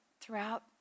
throughout